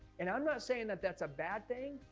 and i'm not saying that that's a bad thing.